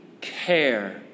care